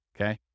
Okay